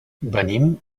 venim